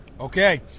Okay